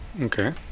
Okay